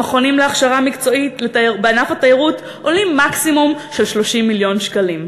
המכונים להכשרה מקצועית בענף התיירות עולים מקסימום 30 מיליון שקלים.